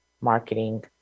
marketing